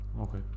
Okay